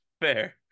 fair